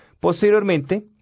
Posteriormente